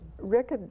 rick